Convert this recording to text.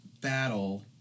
battle